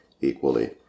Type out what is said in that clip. equally